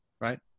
right